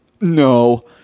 No